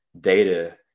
data